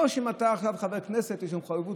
לא שאתה עכשיו חבר כנסת ויש מחויבות,